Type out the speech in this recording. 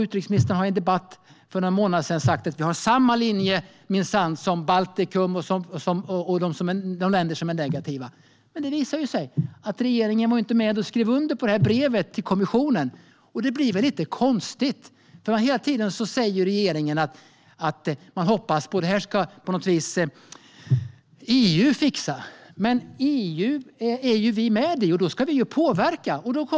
Utrikesministern har i en debatt för några månader sedan sagt att vi minsann har samma linje som Baltikum och de länder som är negativa. Men det visar ju sig att regeringen inte var med och skrev under brevet till kommissionen, och det blir väl lite konstigt. Regeringen säger hela tiden att man hoppas att EU på något vis ska fixa detta. Men vi är ju med i EU, och då ska vi påverka.